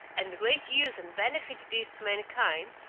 and the great use and benefit it is to mankind,